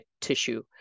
tissue